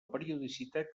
periodicitat